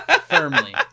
firmly